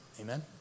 Amen